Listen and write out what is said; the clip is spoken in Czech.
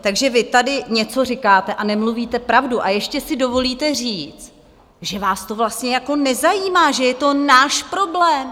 Takže vy tady něco říkáte a nemluvíte pravdu, a ještě si dovolíte říct, že vás to vlastně nezajímá, že je to náš problém.